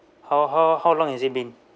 how how how long has it been